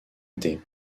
été